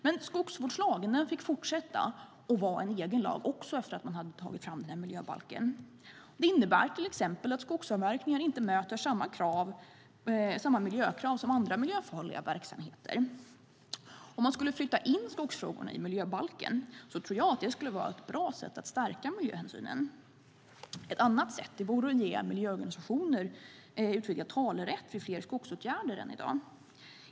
Men skogsvårdslagen fick fortsätta att vara en egen lag också efter att man hade tagit fram miljöbalken. Det innebär till exempel att skogsavverkningar inte möter samma miljökrav som andra miljöfarliga verksamheter. Att flytta in skogsfrågorna i miljöbalken tror jag skulle vara ett sätt att stärka miljöhänsynen. Ett annat sätt vore att ge miljöorganisationer utvidgad talerätt vid fler skogsåtgärder än i dag.